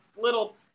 little